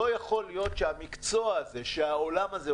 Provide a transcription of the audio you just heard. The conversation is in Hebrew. לא יכול להיות שהעולם הזה,